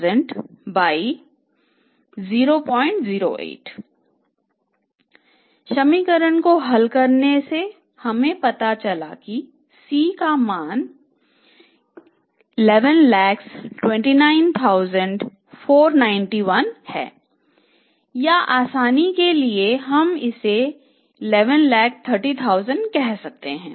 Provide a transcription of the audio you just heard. C समीकरण को हल करने से हम पाते हैं कि C का मान 1129491 है या आसानी के लिए आप इसे 1130 लाख कह सकते हैं